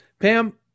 pam